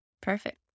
Perfect